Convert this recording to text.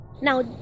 now